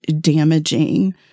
damaging